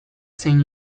zein